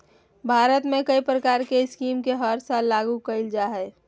भारत में कई प्रकार के स्कीम के हर साल लागू कईल जा हइ